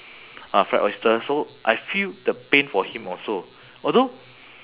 uh fried oyster so I feel the pain for him also although